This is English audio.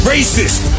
Racist